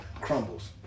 crumbles